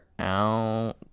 out